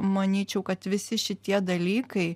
manyčiau kad visi šitie dalykai